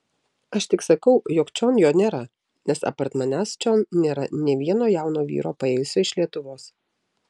aš tik sakau jog čion jo nėra nes apart manęs čion nėra nė vieno jauno vyro paėjusio iš lietuvos